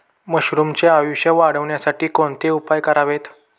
मशरुमचे आयुष्य वाढवण्यासाठी कोणते उपाय करावेत?